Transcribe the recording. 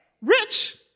Rich